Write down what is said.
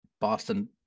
Boston